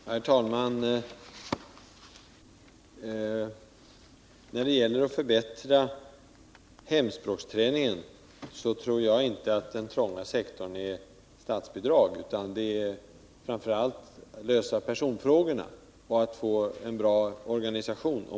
Herr talman! När det gäller att förbättra hemspråksträningen tror jag inte att den trånga sektorn är statsbidragen. Det svåra tror jag är att lösa personfrågorna och att få till stånd en bra organisation.